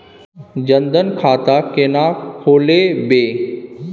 जनधन खाता केना खोलेबे?